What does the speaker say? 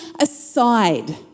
aside